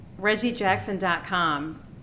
reggiejackson.com